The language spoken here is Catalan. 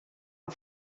amb